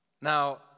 Now